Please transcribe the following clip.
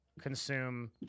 consume